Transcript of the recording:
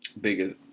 biggest